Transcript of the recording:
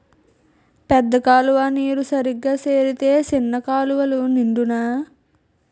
పెద్ద కాలువ నీరు సరిగా సేరితే సిన్న కాలువలు నిండునా